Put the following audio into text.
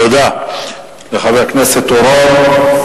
תודה לחבר הכנסת אורון.